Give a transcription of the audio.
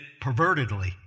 pervertedly